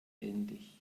ähnlich